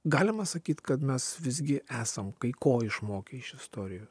galima sakyt kad mes visgi esam kai ko išmokę iš istorijos